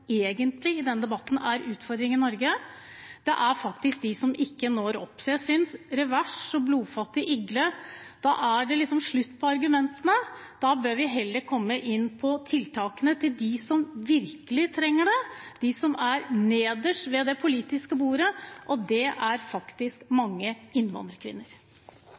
er utfordringen i Norge, og det er dem som ikke når opp. Så jeg synes at med ord som «revers» og «blodfattig igle» er det slutt på argumentene. Da bør vi heller komme inn på tiltakene til dem som virkelig trenger det, dem som er nederst ved det politiske bordet, og det er faktisk mange innvandrerkvinner.